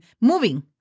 moving